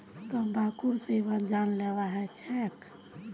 तंबाकूर सेवन जानलेवा ह छेक